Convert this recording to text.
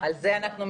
על זה הדיון.